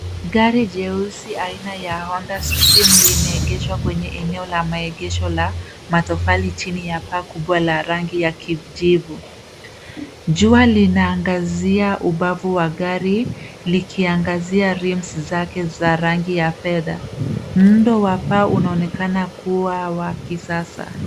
gari jeusi aina ya honda stream limeegeshwa kwenye eneo la maegesho la matofali chini ya paa kubwa ya rangi ya kijivu. jua linaangazia ubavu wa gari, likiiangazia rims za rangi ya fedha. Muundo wa paa unaonekana kuwa wa kisasa